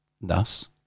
Thus